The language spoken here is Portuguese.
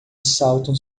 saltam